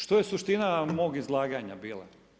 Što je suština mog izlaganja bila?